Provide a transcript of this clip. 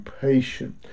patient